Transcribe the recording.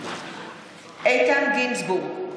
איתן גינזבורג,